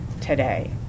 today